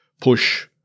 push